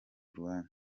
urubanza